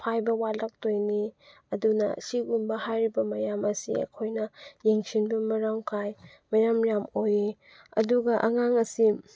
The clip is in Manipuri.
ꯐꯥꯏꯕ ꯋꯥꯠꯂꯛꯇꯣꯏꯅꯤ ꯑꯗꯨꯅ ꯁꯤꯒꯨꯝꯕ ꯍꯥꯏꯔꯤꯕ ꯃꯌꯥꯝ ꯑꯁꯤ ꯑꯩꯈꯣꯏꯅ ꯌꯦꯡꯁꯤꯟꯕ ꯃꯊꯧ ꯇꯥꯏ ꯃꯔꯝ ꯌꯥꯝ ꯑꯣꯏꯌꯦ ꯑꯗꯨꯒ ꯑꯉꯥꯡ ꯑꯁꯤ